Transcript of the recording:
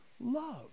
love